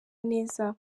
neza